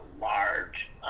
large